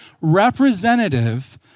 representative